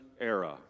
era